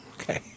Okay